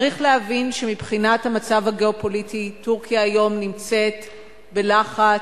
צריך להבין שמבחינת המצב הגיאו-פוליטי טורקיה היום נמצאת בלחץ,